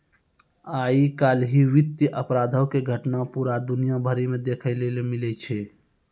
आइ काल्हि वित्तीय अपराधो के घटना पूरा दुनिया भरि मे देखै लेली मिलै छै